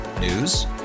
News